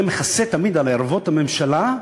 זה מכסה תמיד על ערוות הממשלה,